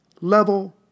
level